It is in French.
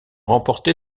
remporté